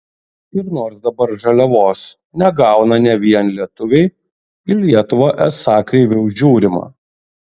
ir nors dabar žaliavos negauna ne vien lietuviai į lietuvą esą kreiviau žiūrima